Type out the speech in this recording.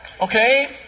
Okay